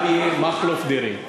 אריה מכלוף דרעי.